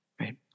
right